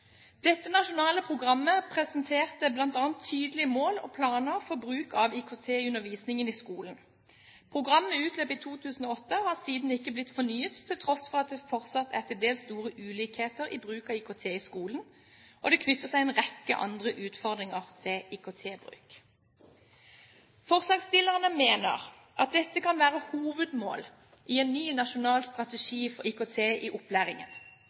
Dette nasjonale programmet presenterte bl.a. tydelige mål og planer for bruk av IKT i undervisningen i skolen. Programmet utløp i 2008 og har siden ikke blitt fornyet, til tross for at det fortsatt er til dels store ulikheter i bruken av IKT i skolen, og at det knytter seg en rekke andre utfordringer til IKT-bruk. Forslagsstillerne mener at dette kan være hovedmål i en ny nasjonal strategi for IKT i opplæringen.